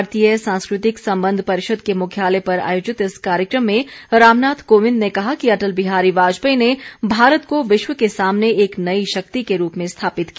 भारतीय सांस्कृतिक संबंध परिषद के मुख्यालय पर आयोजित इस कार्यक्रम में रामनाथ कोविंद ने कहा कि अटल बिहारी वाजपेयी ने भारत को विश्व के सामने एक नई शक्ति के रूप में स्थापित किया